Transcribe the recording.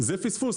זה פספוס.